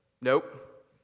Nope